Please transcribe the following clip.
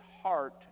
heart